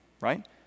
Right